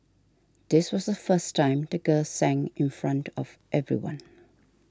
this was the first time the girl sang in front of everyone